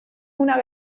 una